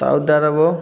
Saudi Arabia